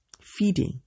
feeding